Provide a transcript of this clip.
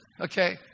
Okay